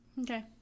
Okay